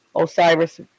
Osiris